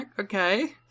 Okay